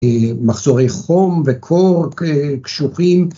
‫מחזורי חום וקור קשוחים.